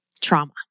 trauma